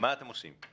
מה אתם עושים?